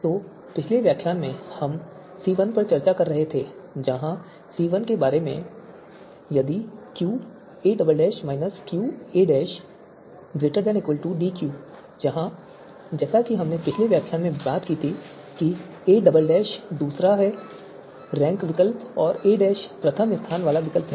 तो पिछले व्याख्यान में हम C1 पर चर्चा कर रहे थे जहां C1 के बारे में है यदि Qa - Qa ≥DQ जहां जैसा कि हमने पिछले व्याख्यान में बात की थी कि a दूसरा है रैंक विकल्प और a प्रथम स्थान वाला विकल्प है